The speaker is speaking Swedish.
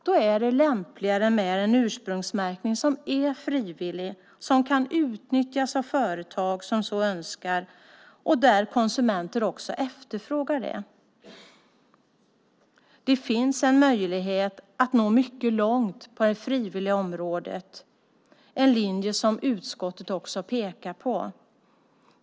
Då är det lämpligare med en ursprungsmärkning som är frivillig, kan utnyttjas av företag som så önskar och där konsumenter efterfrågar det. Det finns möjligheter att nå mycket långt på det frivilliga området, en linje som utskottet också pekar på.